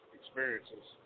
experiences